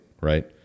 right